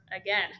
Again